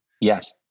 yes